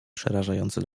przerażający